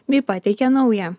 bei pateikė naują